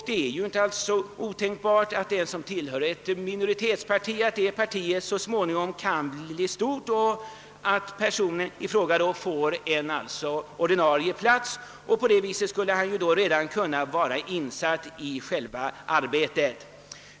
Det är ju inte otänkbart att ett minoritetsparti kan bli stort och att den som tillhör ett sådant parti i framtiden kan få en ordinarie plats. Han skulle då redan vara insatt i arbetet.